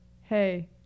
hey